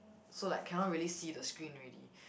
so like cannot really see the screen already